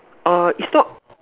err it's not